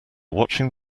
watching